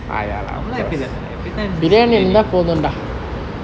நம்பலாம் இப்டிதான:nambalam ipdithane everytime biryani